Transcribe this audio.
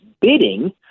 bidding